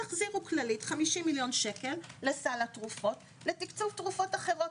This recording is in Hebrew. תחזירו כללית 50 מיליון שקל לסל התרופות לתקצוב תרופות אחרות.